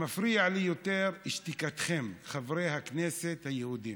מפריעה לי יותר שתיקתכם, חברי הכנסת היהודים.